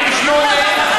למה מיעוטים?